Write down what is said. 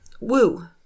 Woo